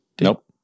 Nope